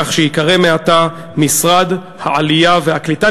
כך שייקרא מעתה: משרד העלייה והקליטה.